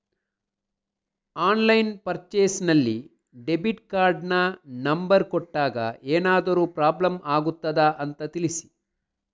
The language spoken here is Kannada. ಆನ್ಲೈನ್ ಪರ್ಚೇಸ್ ನಲ್ಲಿ ಡೆಬಿಟ್ ಕಾರ್ಡಿನ ನಂಬರ್ ಕೊಟ್ಟಾಗ ಏನಾದರೂ ಪ್ರಾಬ್ಲಮ್ ಆಗುತ್ತದ ಅಂತ ತಿಳಿಸಿ?